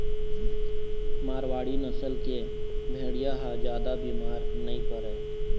मारवाड़ी नसल के भेड़िया ह जादा बिमार नइ परय